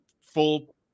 full